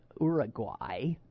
Uruguay